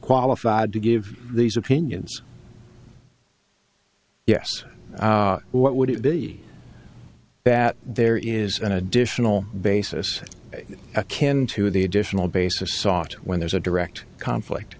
qualified to give these opinions yes what would it be that there is an additional basis a can to the additional basis sought when there's a direct conflict